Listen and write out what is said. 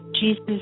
Jesus